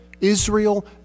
Israel